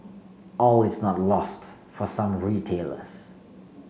all is not lost for some retailers